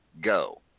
go